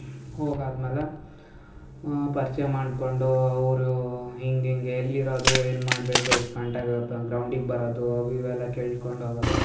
ಹೋಗಿ ಆದಮೇಲೆ ಪರಿಚಯ ಮಾಡಿಕೊಂಡು ಅವರು ಹೀಗೀಗೇ ಎಲ್ಲಿ ಇರೋದು ಏನು ಮಾಡಬೇಕು ಎಷ್ಟು ಗಂಟೆಗೆ ಪ ಗ್ರೌಂಡಿಗೆ ಬರೋದು ಇವು ಎಲ್ಲ ಕೇಳ್ಕೊಂಡು ಹೋಗೋದು